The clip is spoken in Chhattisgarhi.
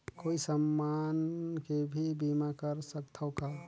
कोई समान के भी बीमा कर सकथव का?